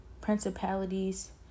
principalities